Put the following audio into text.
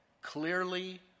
clearly